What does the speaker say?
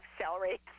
celery